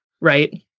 right